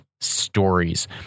stories